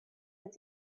with